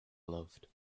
loved